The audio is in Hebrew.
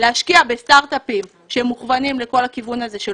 להשקיע בסטרטאפים שהם מוכוונים לכל הכיוון הזה של